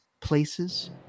places